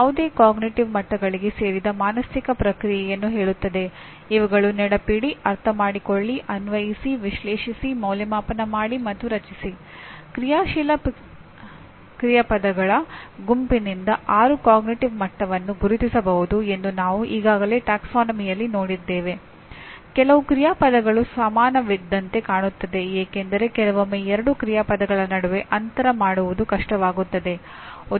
ಯಾವುದೇ ಎಂಜಿನಿಯರಿಂಗ್ ಚಟುವಟಿಕೆಯು ಎಂಜಿನಿಯರ್ಗಳ ಗುಂಪನ್ನು ಒಳಗೊಂಡಿರುತ್ತದೆ ಒಂದಾ ಅದೇ ಮಟ್ಟದಲ್ಲಿ ಅಥವಾ ಕೆಲವೊಮ್ಮೆ ಶ್ರೇಣೀಕೃತ ಶೈಲಿಯಲ್ಲಿ ಸಂಘಟಿತರಾಗುತ್ತಾರೆ ಮತ್ತು ಕೆಲವು ಎಂಜಿನಿಯರ್ಗಳಲ್ಲದವರೊಂದಿಗೆ ಸಾಮಾಜಿಕವಾಗಿ ಸಂಬಂಧಿಸಿದ ಸಂಕೀರ್ಣ ತಾಂತ್ರಿಕ ಸಮಸ್ಯೆಗಳನ್ನು ಪರಿಹರಿಸುತ್ತಾರೆ